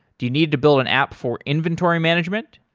do you need to build an app for inventory management?